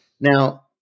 Now